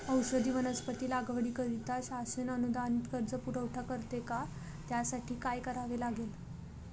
औषधी वनस्पती लागवडीकरिता शासन अनुदानित कर्ज पुरवठा करते का? त्यासाठी काय करावे लागेल?